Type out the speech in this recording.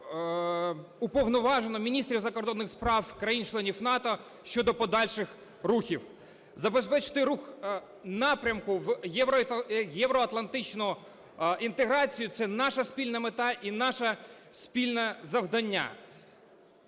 було уповноважено міністрів закордонних справ країн-членів НАТО щодо подальших рухів. Забезпечити рух напрямку в євроатлантичну інтеграцію – це наша спільна мета і наше спільне завдання.